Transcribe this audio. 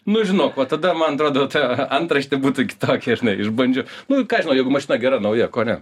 nu žinok va tada man atrodo ta antraštė būtų kitokia žinai išbandžiau nu ką žinau jeigu mašina gera nauja ko ne